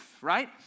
right